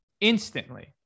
instantly